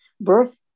Birth